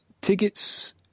tickets –